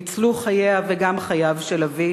ניצלו חייה וגם חייו של אבי.